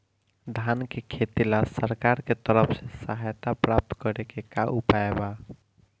धान के खेती ला सरकार के तरफ से सहायता प्राप्त करें के का उपाय बा?